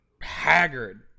haggard